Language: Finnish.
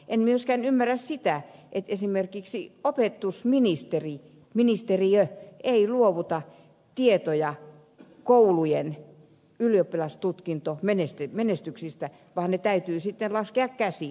en myöskään ymmärrä sitä että esimerkiksi opetusministeriö ei luovuta tietoja koulujen ylioppilastutkintomenestyksistä vaan ne täytyy sitten laskea käsin